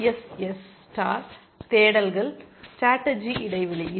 SSS star தேடல்கள் strategy இடைவெளியில்